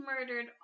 murdered